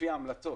לפי ההמלצות,